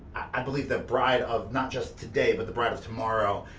i believe, the bride of not just today, but the bride of tomorrow,